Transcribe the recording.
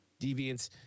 deviants